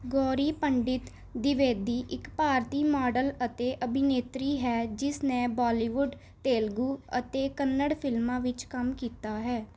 ਗੌਰੀ ਪੰਡਤ ਦਿਵੇਦੀ ਇੱਕ ਭਾਰਤੀ ਮੋਡਲ ਅਤੇ ਅਭਿਨੇਤਰੀ ਹੈ ਜਿਸ ਨੇ ਬਾਲੀਵੁੱਡ ਤੇਲਗੂ ਅਤੇ ਕੰਨੜ ਫਿਲਮਾਂ ਵਿੱਚ ਕੰਮ ਕੀਤਾ ਹੈ